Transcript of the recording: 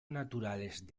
naturales